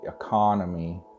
economy